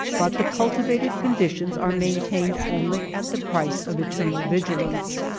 but the cultivated conditions are main tained only at the price of eternal vigilance.